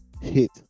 hit